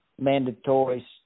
mandatory